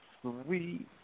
sweet